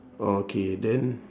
oh okay then